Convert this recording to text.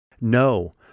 No